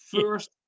first